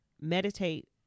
meditate